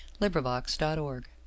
LibriVox.org